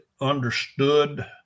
understood